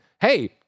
hey